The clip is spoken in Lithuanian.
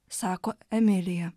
sako emilija